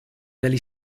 delle